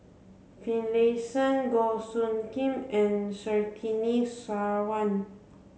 Finlayson Goh Soo Khim and Surtini Sarwan